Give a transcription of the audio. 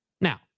Now